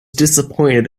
disappointed